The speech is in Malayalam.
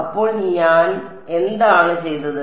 അപ്പോൾ ഞാൻ എന്താണ് ചെയ്തത്